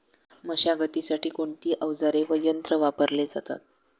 मशागतीसाठी कोणते अवजारे व यंत्र वापरले जातात?